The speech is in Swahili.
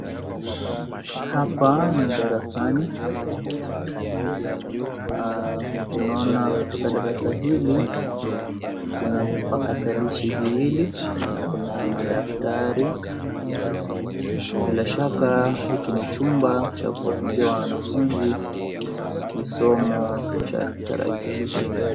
Hapa ni darasani, tunaona katika darasa hili kuna vipakatalishi viwili, na kuna madaftari. Bila shaka hiki ni chumba cha kuwafunzia wanafunzi kisomo cha tarakilishi